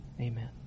Amen